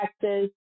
Texas